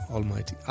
Almighty